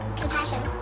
Compassion